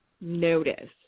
notice